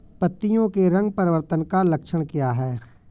पत्तियों के रंग परिवर्तन का लक्षण क्या है?